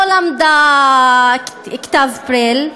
לא למדה כתב ברייל.